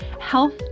health